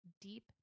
deep